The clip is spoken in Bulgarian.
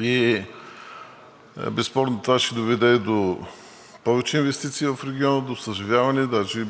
и безспорно това ще доведе до повече инвестиции в региона, до съживяване, а даже